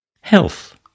Health